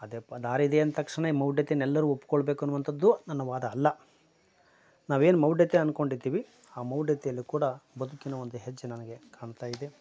ಅದೇಪ ದಾರಿ ಇದೆ ಅಂದ ತಕ್ಷಣ ಈ ಮೌಢ್ಯನೇ ಎಲ್ಲರು ಒಪ್ಕೊಳ್ಬೇಕು ಅನ್ನುವಂಥದ್ದು ನನ್ನ ವಾದ ಅಲ್ಲ ನಾವೇನು ಮೌಢ್ಯ ಅನ್ಕೊಂಡಿದ್ದೀವಿ ಆ ಮೌಢ್ಯದಲ್ಲಿ ಕೂಡ ಬದುಕಿನ ಒಂದು ಹೆಜ್ಜೆ ನನಗೆ ಕಾಣ್ತಾ ಇದೆ